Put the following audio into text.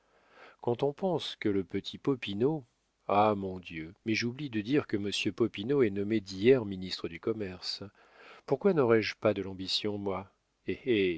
quand on pense que le petit popinot ah mon dieu mais j'oublie de dire que monsieur popinot est nommé d'hier ministre du commerce pourquoi naurais pas de l'ambition moi